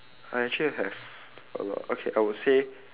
I actually have a lot okay I would say